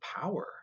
power